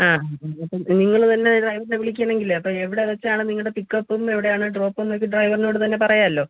ആ നിങ്ങള് തന്നെ ഡ്രൈവറിനെ വിളിക്കുവാണെങ്കിൽ അപ്പം എവിടെവെച്ചാണ് നിങ്ങളുടെ പിക്കപ്പും എവിടെയാണ് ഡ്രോപ്പും എന്നൊക്കെ ഡ്രൈവറിനോട് തന്നെ പറയാമല്ലൊ